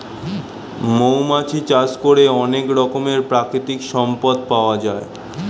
মৌমাছি চাষ করে অনেক রকমের প্রাকৃতিক সম্পদ পাওয়া যায়